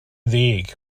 ddig